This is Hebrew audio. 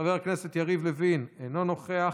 חבר הכנסת יריב לוין, אינו נוכח.